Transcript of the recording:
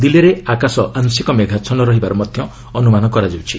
ଦିଲ୍ଲୀରେ ଆକାଶ ଆଂଶିକ ମେଘାଛନ୍ନ ରହିବାର ମଧ୍ୟ ଅନୁମାନ କରାଯାଉଛି